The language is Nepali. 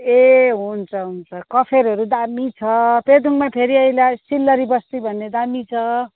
ए हुन्छ हुन्छ कफेरहरू दामी छ पेदोङमा फेरि अहिले सिल्लरी बस्ती भन्ने दामी छ